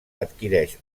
adquireix